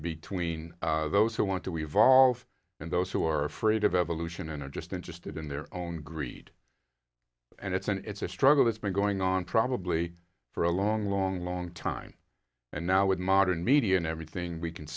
between those who want to evolve and those who are afraid of evolution and are just interested in their own greed and it's and it's a struggle it's been going on probably for a long long long time and now with modern media and everything we can